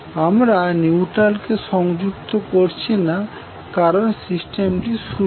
আমরা নিউট্রাল কে সংযুক্ত করছি না কারণ সিস্টেম সুষম